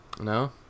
no